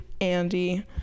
Andy